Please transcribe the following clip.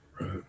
right